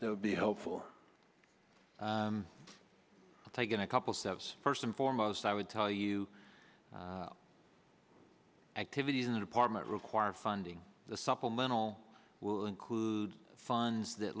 would be helpful taken a couple steps first and foremost i would tell you the activities in the department require funding the supplemental will include funds that